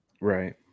Right